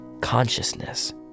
consciousness